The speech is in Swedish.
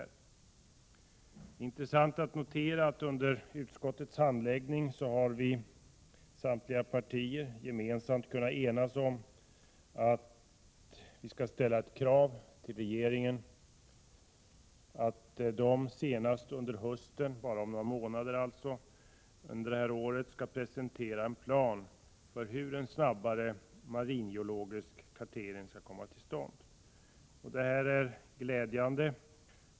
Vidare är det intressant att notera att samtliga partier under utskottets handläggning har kunnat enas om att framställa ett krav till regeringen på att denna senast under hösten — alltså om bara några månader — skall presentera en plan, av vilken framgår hur en snabbare maringeologisk kartering skall kunna komma till stånd. Detta är glädjande.